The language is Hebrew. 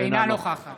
אינה נוכחת